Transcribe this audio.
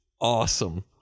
awesome